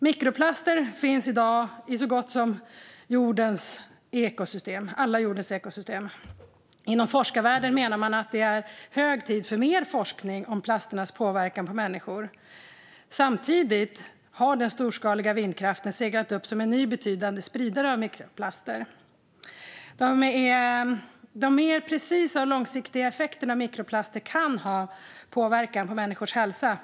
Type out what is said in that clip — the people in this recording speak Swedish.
Mikroplaster finns i dag i så gott som alla jordens ekosystem. Inom forskarvärlden menar man att det är hög tid för mer forskning om plasternas påverkan på människor. Samtidigt har den storskaliga vindkraften seglat upp som en ny betydande spridare av mikroplaster. De mer precisa och långsiktiga effekterna av mikroplaster kan ha påverkan på människors hälsa.